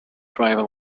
driver